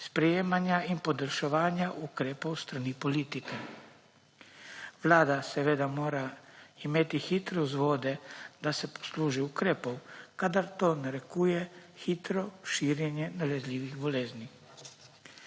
sprejemanja in podaljševanja ukrepov s strani politike. Vlada seveda mora imeti hitre vzvode, da se posluži ukrepov, kadar to narekuje hitro širjenje nalezljivih bolezni,